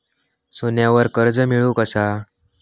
सोन्यावर कर्ज मिळवू कसा?